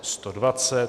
120.